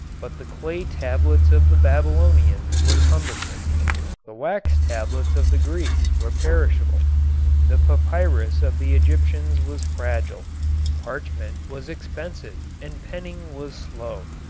but the clay tablets of the babylonians were cumbersome the wax tablets of the greeks were perishable the papyrus of the egyptians was fragile parchment was expensive and penning was slow,